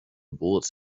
bullets